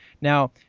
Now